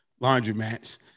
laundromats